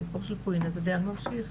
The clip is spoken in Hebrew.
סיפור של פאלינה זה דייר ממשיך,